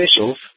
officials